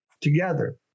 Together